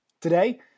Today